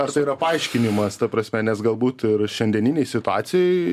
ar tai yra paaiškinimas ta prasme nes galbūt ir šiandieninėj situacijoj